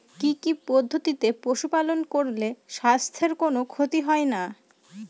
কি কি পদ্ধতিতে পশু পালন করলে স্বাস্থ্যের কোন ক্ষতি হয় না?